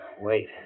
wait